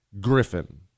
Griffin